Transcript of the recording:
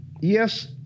yes